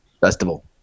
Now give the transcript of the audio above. Festival